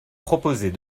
proposait